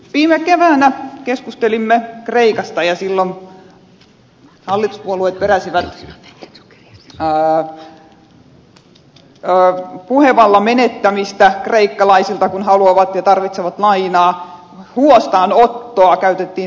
viime keväänä keskustelimme kreikasta ja silloin hallituspuolueet peräsivät puhevallan menettämistä kreikkalaisilta kun he haluavat ja tarvitsevat lainaa huostaanottoa käytettiin sanana